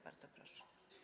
Bardzo proszę.